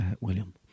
William